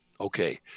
Okay